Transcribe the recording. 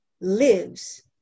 lives